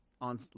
on